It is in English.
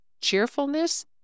cheerfulness